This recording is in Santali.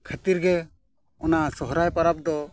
ᱠᱷᱟᱹᱛᱤᱨ ᱜᱮ ᱚᱱᱟ ᱥᱚᱦᱨᱟᱭ ᱯᱚᱨᱚᱵᱽ ᱫᱚ